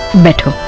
better